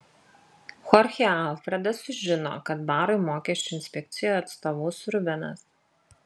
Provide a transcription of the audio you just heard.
chorchė alfredas sužino kad barui mokesčių inspekcijoje atstovaus rubenas